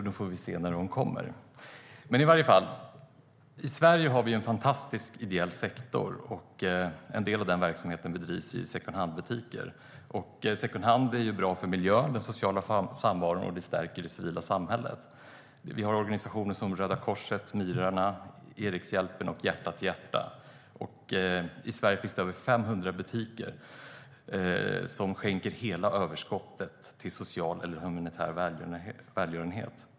Vi får se när de kommer. I Sverige har vi en fantastisk ideell sektor, och en del av den verksamheten bedrivs i secondhandbutiker. Secondhand är bra för miljön och den sociala samvaron, och det stärker det civila samhället. Vi har organisationer som Röda Korset, Myrorna, Erikshjälpen och Hjärta till Hjärta. I Sverige finns över 500 butiker som skänker hela överskottet till social eller humanitär välgörenhet.